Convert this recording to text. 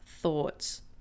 thoughts